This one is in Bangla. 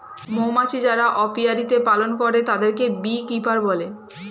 মৌমাছি যারা অপিয়ারীতে পালন করে তাদেরকে বী কিপার বলে